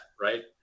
right